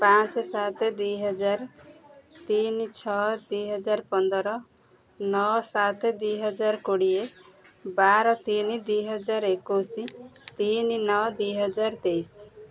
ପାଞ୍ଚ ସାତ ଦୁଇହଜାର ତିନି ଛଅ ଦୁଇହଜାରପନ୍ଦର ନଅ ସାତ ଦୁଇହଜାରକୋଡ଼ିଏ ବାର ତିନି ଦୁଇହଜାରଏକୋଇଶି ତିନି ନଅ ଦୁଇହଜାରତେଇଶି